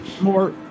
More